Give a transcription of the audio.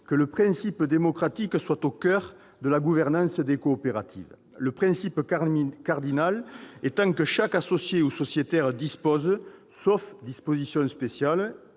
que le principe démocratique soit au coeur de la gouvernance des coopératives, le principe cardinal étant que chaque associé ou sociétaire dispose, sauf dispositions spéciales,